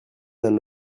d’un